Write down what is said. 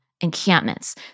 encampments